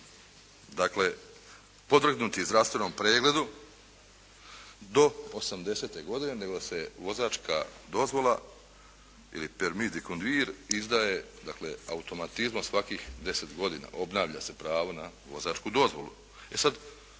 potrebno podvrgnuti zdravstvenom pregledu do 80 godine, nego da se vozačka dozvola ili permidi convair izdaje automatizmom svakih deset godina, obnavlja se pravo na vozačku dozvolu. E sad.